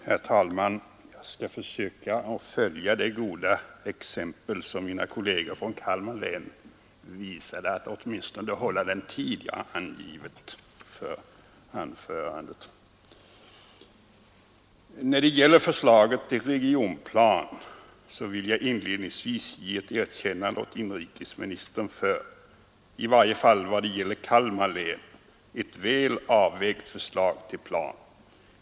Herr talman! Jag skall försöka att följa det goda exempel som mina kolleger från Kalmar län givit och åtminstone hålla den tid som jag angivit för anförandet. När det gäller förslaget till regionplan vill jag inledningsvis ge ett erkännande åt inrikesministern för — i varje fall när det gäller Kalmar län ett väl avvägt förslag till plan.